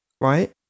right